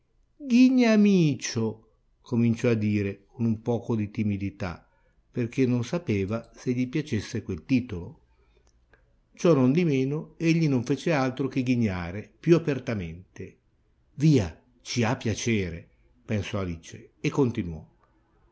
ghignamicio cominciò a dire con un poco di timidità perchè non sapeva se gli piacesse quel titolo ciò non di meno egli non fece altro che ghignare più apertamente via ci ha piacere pensò alice e continuò